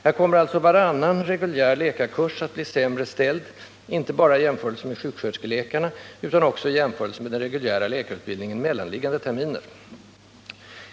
Här kommer alltså varannan reguljär läkarkurs att bli sämre ställd, inte bara i jämförelse med sjuksköterskeläkarna utan också i jämförelse med dem som deltar i den reguljära läkarutbildningen mellanliggande terminer.